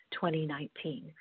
2019